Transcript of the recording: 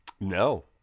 No